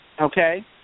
okay